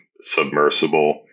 submersible